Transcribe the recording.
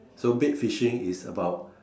so bait fishing is about